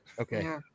Okay